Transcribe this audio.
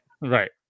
Right